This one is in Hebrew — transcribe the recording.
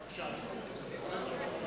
בבקשה, אדוני.